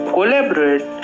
Collaborate